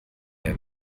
der